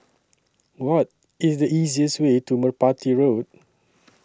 What IS The easiest Way to Merpati Road